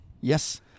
Yes